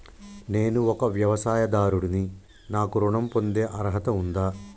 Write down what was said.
నేను ఒక వ్యవసాయదారుడిని నాకు ఋణం పొందే అర్హత ఉందా?